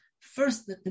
First